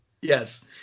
Yes